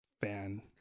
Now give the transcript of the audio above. fan